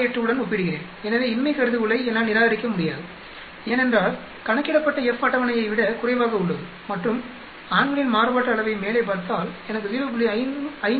68 உடன் ஒப்பிடுகிறேன் எனவே இன்மை கருதுகோளை என்னால் நிராகரிக்க முடியாது ஏனென்றால் கணக்கிடப்பட்ட F அட்டவணையை விட குறைவாக உள்ளது மற்றும் ஆண்களின் மாறுபாட்டு அளவை மேலே பார்த்தால் எனக்கு 0